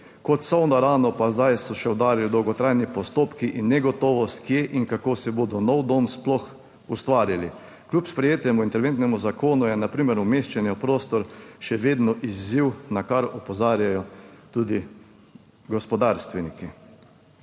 kot sonaravno, pa zdaj so še udarili dolgotrajni postopki in negotovost, kje in kako si bodo nov dom sploh ustvarili. Kljub sprejetemu interventnemu zakonu je na primer umeščanje v prostor še vedno izziv, na kar opozarjajo tudi gospodarstveniki.